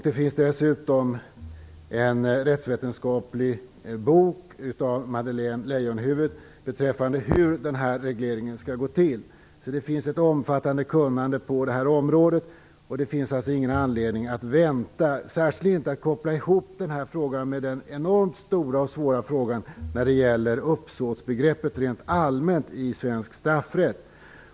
Det finns dessutom en rättsvetenskaplig bok av Madeleine Leijonhufvud om hur den här regleringen skall gå till. Kunnandet är alltså ganska omfattande på det här området. Det finns ingen anledning att vänta, och då särskilt inte med att koppla ihop den här frågan med den enormt stora och svåra frågan om uppsåtsbegreppet rent allmänt i svensk straffrätt.